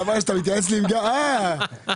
תמשיך.